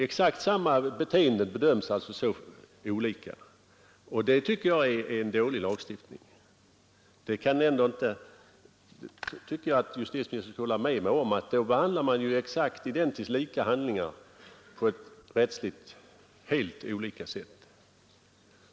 Exakt samma beteende bedöms alltså så olika, och då anser jag att det är en dålig lagstiftning. Jag tycker att justitieministern skulle kunna hålla med mig om att då bedömer man identiskt lika handlingar på ett rättsligt olika sätt.